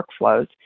workflows